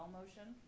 motion